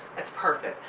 it's perfect.